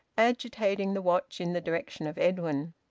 agitating the watch in the direction of edwin.